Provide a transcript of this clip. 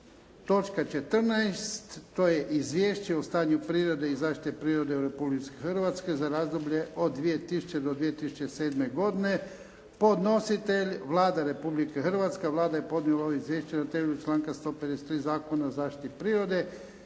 točka 14. to je: - Izvješće o stanju prirode i zaštite u Republici Hrvatskoj, za razdoblje od 2000. do 2007. godine Podnositelj Vlada Republike Hrvatske. Vlada je podnijela ovo izvješće na temelju članka 153. Zakona o zaštiti prirode.